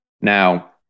now